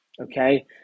okay